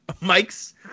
Mike's